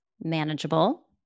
manageable